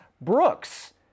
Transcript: Brooks